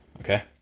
okay